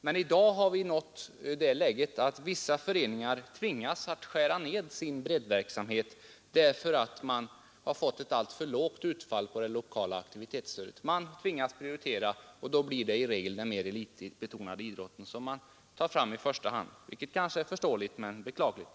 Men i dag har vi nått det läget att vissa föreningar tvingats skära ned sin breddverksamhet, därför att de fått ett alltför lågt utfall av det lokala aktivitetsstödet. De tvingas prioritera och då blir det i regel den mer elitbetonade idrotten som man tar från i första hand, vilket kanske är förståeligt men beklagligt.